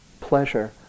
pleasure